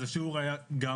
אז השיעור הזה היה עולה.